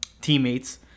teammates